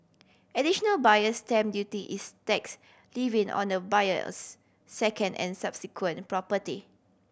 additional Buyer Stamp Duty is tax levied on a buyer's second and subsequent property